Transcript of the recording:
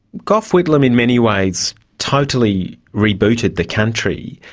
gough whitlam in many ways totally rebooted the country,